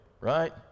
right